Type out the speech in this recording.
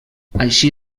així